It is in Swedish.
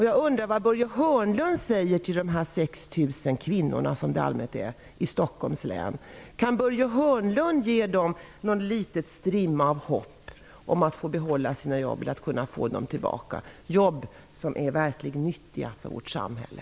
Jag undrar vad Börje Hörnlund säger till de här 6 000 kvinnorna -- för det är i allmänhet kvinnor -- i Stockholms län. Kan Börje Hörnlund ge dem en liten strimma av hopp om att få behålla sina jobb eller att få dem tillbaka, jobb som är verkligt nyttiga för vårt samhälle?